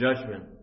judgment